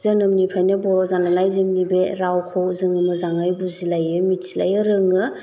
जोनोमनिफ्रायनो बर' जानायलाय जोंनि बे रावखौ जों मोजाङै बुजिलायो मिथिलायो रोङो